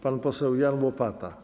Pan poseł Jan Łopata.